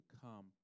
come